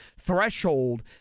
threshold